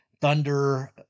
thunder